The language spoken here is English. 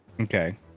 Okay